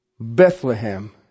Bethlehem